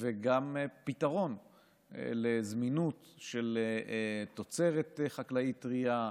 וגם פתרון לזמינות של תוצרת חקלאית טרייה,